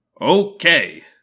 Okay